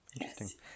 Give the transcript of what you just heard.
Interesting